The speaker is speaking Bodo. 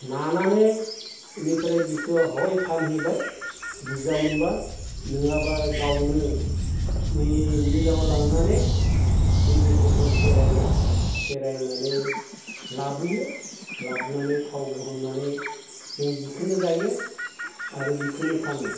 नानानै बेनिफ्राय बेखौ हय फानहैबाय बुरजा मोनबा नङाबा आरो गावनो नै मिलाव लांनानै बे बेसरखौ फेरायबाय फेरायनानै लाबोयो लाबोनानै थाव दिहुननानै जों बेखौनो जायो आरो बेखौनो फानो